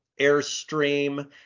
Airstream